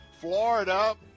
Florida